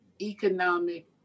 economic